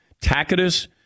Tacitus